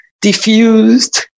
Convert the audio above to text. diffused